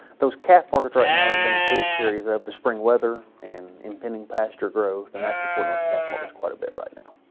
those calf markets right now are the beneficiaries of the spring weather and impeding pasture growth. and that's supporting those calf markets quite a bit right now.